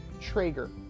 Traeger